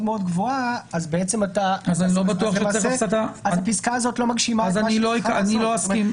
גבוהה אז הפסקה הזאת לא מגשימה את מה שאתה חושב לעשות.